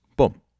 Boom